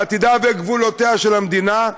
עתידה וגבולותיה של המדינה,